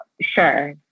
sure